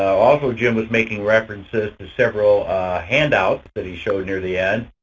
also jim was making references to several handouts that he showed near the end.